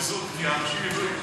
כי האנשים ידועים,